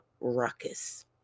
ruckus